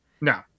No